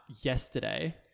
yesterday